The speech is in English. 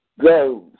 goes